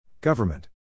Government